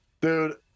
dude